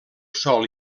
sòl